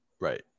Right